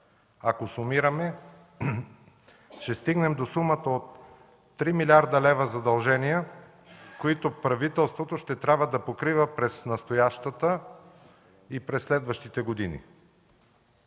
Ако сумираме, ще стигнем до сумата от 3 млрд. лв. задължения, които правителството ще трябва да покрива през настоящата и през следващите години.